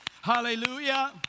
Hallelujah